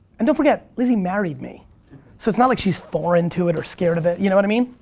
and don't forget, lizzy married me. so it's not like she's foreign to it, or scared of it, you know what i mean?